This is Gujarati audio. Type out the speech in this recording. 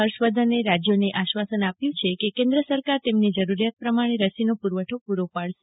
હર્ષવર્ધને રાજયોને આશ્વાસન આપ્યું છે કે કેન્દ્ર સરકાર અને તેમને જરૂરિયાત પ્રમાણે રસીનો પુરવઠો પુરો પાડશે